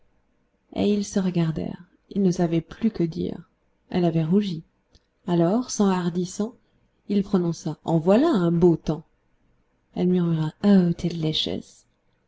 regardèrent ils ne savaient plus que dire elle avait rougi alors s'enhardissant il prononça en voilà un beau temps elle murmura aôh